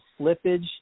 slippage